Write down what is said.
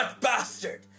bastard